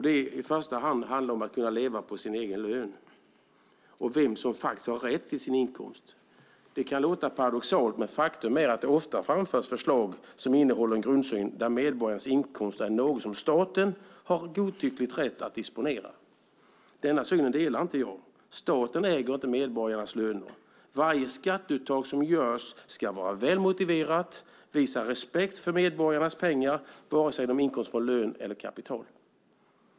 Det första handlar om att kunna leva på sin egen lön och vem som faktiskt har rätt till sin inkomst. Det kan låta paradoxalt, men faktum är att det ofta framförs förslag som innehåller en grundsyn där medborgarnas inkomster är något som staten har rätt att godtyckligt disponera. Den synen delar inte jag. Staten äger inte medborgarnas löner. Varje skatteuttag som görs ska vara väl motiverat och visa på respekt för medborgarnas pengar, antingen det gäller inkomst från lön eller inkomst från kapital.